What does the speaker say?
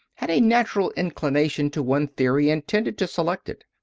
had a natural inclination to one theory and tended to select it.